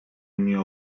nie